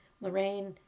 Lorraine